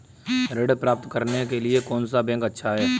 ऋण प्राप्त करने के लिए कौन सा बैंक अच्छा है?